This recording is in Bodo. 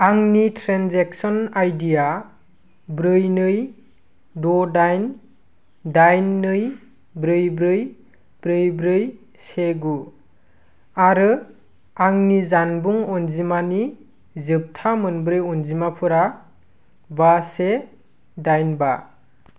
आंनि ट्रेनजेक्सन आइडिआ ब्रै नै द दाइन दाइन नै ब्रै ब्रै ब्रै ब्रै से गु आरो आंनि जानबुं अनजिमानि जोबथा मोनब्रै अनजिमाफोरा बा से दाइन बा